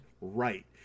right